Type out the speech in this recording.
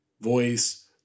voice